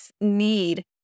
need